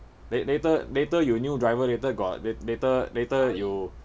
la~ later later you new driver later got later later later you